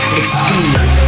excuse